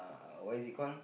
uh what is it call